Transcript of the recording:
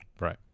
Right